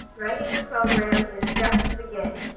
writing a program is just the beginning.